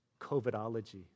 COVIDology